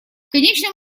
конечном